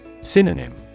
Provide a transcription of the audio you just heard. Synonym